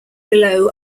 below